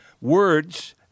words